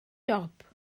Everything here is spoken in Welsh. dop